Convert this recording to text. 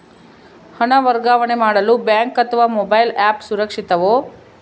ಹಣ ವರ್ಗಾವಣೆ ಮಾಡಲು ಬ್ಯಾಂಕ್ ಅಥವಾ ಮೋಬೈಲ್ ಆ್ಯಪ್ ಸುರಕ್ಷಿತವೋ?